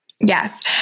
Yes